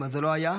מה, זה לא היה?